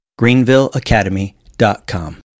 greenvilleacademy.com